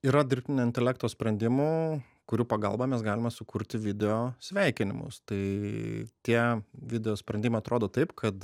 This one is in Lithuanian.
yra dirbtinio intelekto sprendimų kurių pagalba mes galime sukurti video sveikinimus tai tie videosprendimai atrodo taip kad